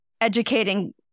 educating